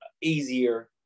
easier